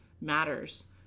matters